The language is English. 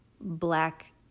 black